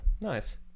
Nice